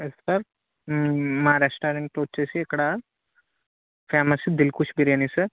sir మా restaurant వచ్చేసి ఇక్కడ ఫేమస్ దిల్ కుష్ బిర్యానీ సార్